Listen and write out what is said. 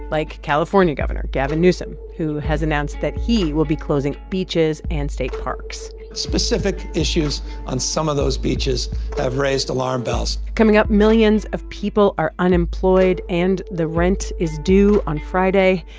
like california governor gavin newsom, who has announced that he will be closing beaches and state parks specific issues on some of those beaches have raised alarm bells coming up, millions of people are unemployed, and the rent is due on friday.